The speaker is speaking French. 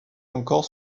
encore